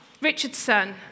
Richardson